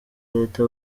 leta